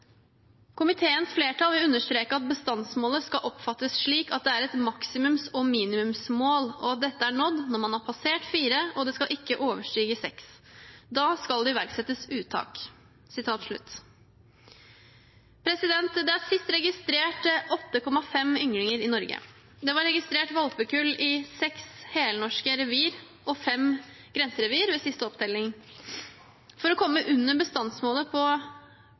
flertall vil understreke at bestandsmålet skal oppfattes slik at det er et minimums- og maksimumsmål og at dette er nådd når man har passert 4 og det skal ikke overstige 6. Da skal det iverksettes uttak.» Det er sist registrert 8,5 ynglinger i Norge. Det var registrert valpekull i seks helnorske revir og fem grenserevir ved siste opptelling. For å komme under bestandsmålet på